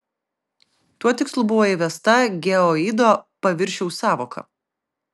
tuo tikslu buvo įvesta geoido paviršiaus sąvoka